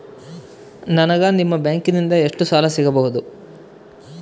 ನನಗ ನಿಮ್ಮ ಬ್ಯಾಂಕಿನಿಂದ ಎಷ್ಟು ಸಾಲ ಸಿಗಬಹುದು?